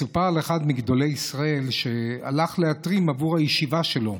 מסופר על אחד מגדולי ישראל שהלך להתרים עבור הישיבה שלו.